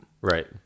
Right